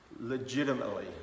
legitimately